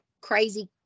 crazy